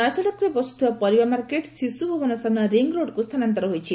ନୟାସଡ଼କରେ ବସୁଥିବା ପରିବା ମାର୍କେଟ ଶିଶୁ ଭବନ ସାମ୍ନା ରିଙ୍ଗରୋଡକୁ ସ୍ଥାନାନ୍ତର ହୋଇଛି